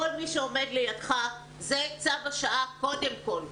כל מי שעומד לידך, זה צו השעה קודם כל.